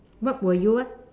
what will you what